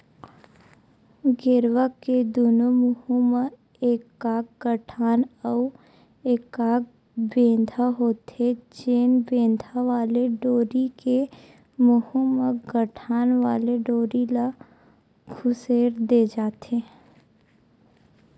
गेरवा के दूनों मुहूँ म एकाक गठान अउ एकाक बेंधा होथे, जेन बेंधा वाले डोरी के मुहूँ म गठान वाले डोरी ल खुसेर दे जाथे